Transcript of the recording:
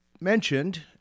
mentioned